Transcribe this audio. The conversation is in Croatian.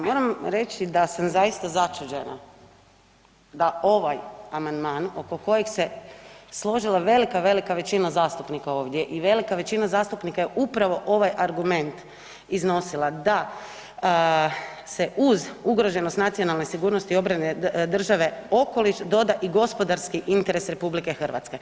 Moram reći da sam zaista začuđena da ovaj amandman oko kojeg se složila velika, velika većina zastupnika ovdje i velika većina zastupnika je upravo ovaj argument iznosila da se uz ugroženost nacionalne sigurnosti i obrane države okoliša doda i gospodarski interes RH.